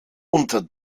unter